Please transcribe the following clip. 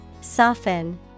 Soften